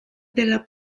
della